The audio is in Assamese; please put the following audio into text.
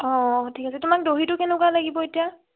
অঁ ঠিক আছে তোমাক দহিটো কেনেকুৱা লাগিব এতিয়া